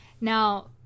Now